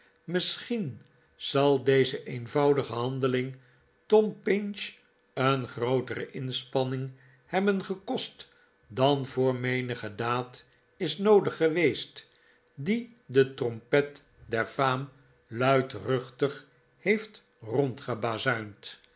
misscbien zal deze eenvoudige handeling tom pinch een grootere inspanning hebben gekost dan voor menige daad is noodig geweest die de trompet der faam luidruchtig heeft